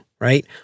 right